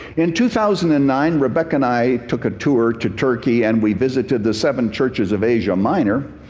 in two thousand and nine, rebecca and i took a tour to turkey, and we visited the seven churches of asia minor.